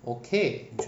okay